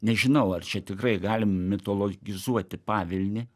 nežinau ar čia tikrai galim mitologizuoti pavilnį